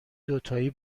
دوتایی